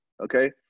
Okay